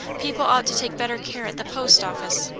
people ought to take better care at the post office.